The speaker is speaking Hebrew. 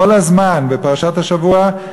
כל הזמן בפרשת השבוע,